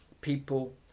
people